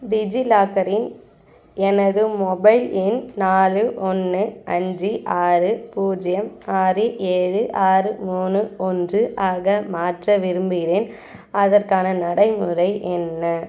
டிஜிலாக்கரின் எனது மொபைல் எண் நாலு ஒன்று அஞ்சு ஆறு பூஜ்ஜியம் ஆறு ஏழு ஆறு மூணு ஒன்று ஆக மாற்ற விரும்புகிறேன் அதற்கான நடைமுறை என்ன